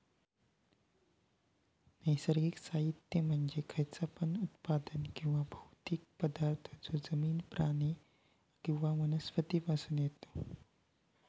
नैसर्गिक साहित्य म्हणजे खयचा पण उत्पादन किंवा भौतिक पदार्थ जो जमिन, प्राणी किंवा वनस्पती पासून येता